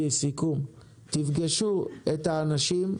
תפגשו את האנשים,